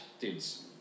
dude's